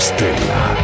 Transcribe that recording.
Stella